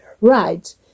right